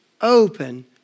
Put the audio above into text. open